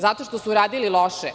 Zato što su radili loše?